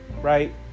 Right